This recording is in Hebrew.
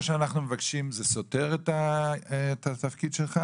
מה שאנחנו מבקשים סותר את התפקיד שלך,